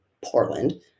Portland